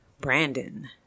Brandon